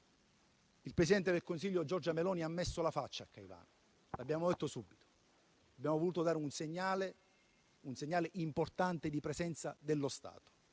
Il presidente del Consiglio Giorgia Meloni ha messo la faccia a Caivano, lo abbiamo detto subito. Abbiamo voluto dare un segnale importante di presenza dello Stato.